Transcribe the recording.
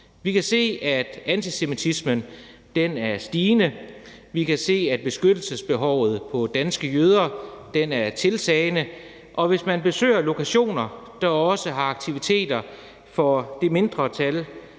Vi kan se, at antisemitismen er stigende. Vi kan se, at beskyttelsesbehovet for danske jøder er tiltagende, og hvis man besøger lokationer, der også har aktiviteter for det mindretal,